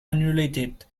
unrelated